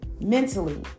mentally